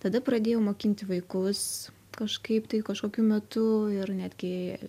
tada pradėjau mokinti vaikus kažkaip tai kažkokiu metu ir netgi